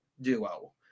duo